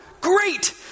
Great